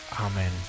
amen